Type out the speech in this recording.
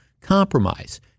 compromise